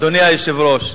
אדוני היושב-ראש,